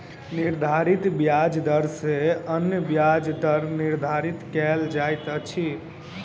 निर्धारित ब्याज दर सॅ अन्य ब्याज दर निर्धारित कयल जाइत अछि